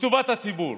לטובת הציבור.